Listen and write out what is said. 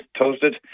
toasted